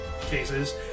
cases